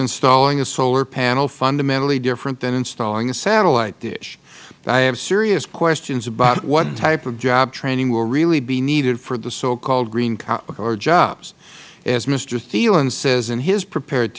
installing a solar panel fundamentally different than installing a satellite dish i have serious questions about what type of job training will really be needed for the so called green collar jobs as mister thelen says in his prepared